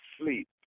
sleep